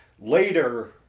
later